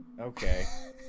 Okay